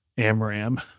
Amram